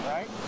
Right